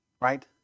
right